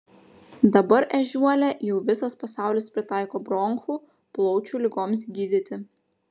dabar ežiuolę jau visas pasaulis pritaiko bronchų plaučių ligoms gydyti